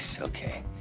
okay